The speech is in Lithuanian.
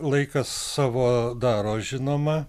laikas savo daro žinoma